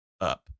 up